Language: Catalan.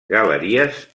galeries